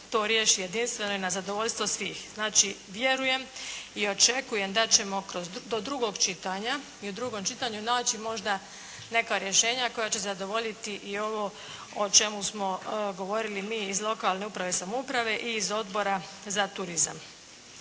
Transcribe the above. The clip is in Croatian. to riješi jedinstveno i na zadovoljstvo svih. Znači vjerujem i očekujem da ćemo do drugog čitanja i u drugom čitanju naći možda neka rješenja koja će zadovoljiti i ovo o čemu smo govorili mi iz lokalne uprave i samouprave i iz Odbora za turizam.